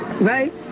right